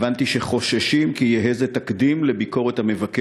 הבנתי שחוששים כי יהא זה תקדים לביקורת המדינה